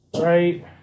Right